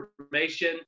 information